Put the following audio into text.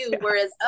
Whereas